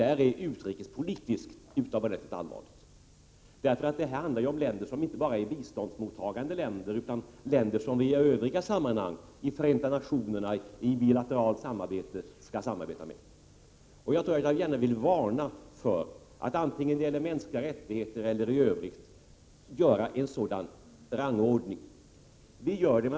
Det är utrikespolitiskt utomordentligt allvarligt, för det handlar om länder som inte bara är biståndsmottagare utan länder som vi skall samarbeta med i andra sammanhang -—i Förenta nationerna, i bilateralt samarbete osv. Jag vill varna för att, antingen det gäller mänskliga rättigheter eller i övrigt, göra en sådan rangordning.